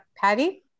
Patty